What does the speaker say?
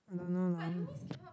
I don't know lah